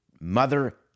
Mother